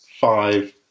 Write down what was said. five